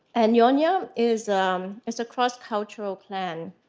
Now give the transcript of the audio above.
and nyonya is um is a cross-cultural clan